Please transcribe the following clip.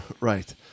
right